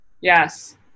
Yes